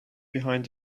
behind